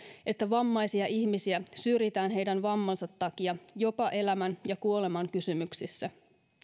että vammaisia ihmisiä syrjitään heidän vammansa takia jopa elämän ja kuoleman kysymyksissä